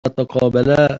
تقابلا